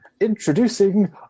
introducing